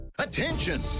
attention